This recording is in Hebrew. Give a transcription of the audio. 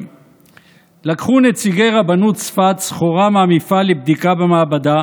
לקחו נציגי רבנות צפת סחורה מהמפעל לבדיקה במעבדה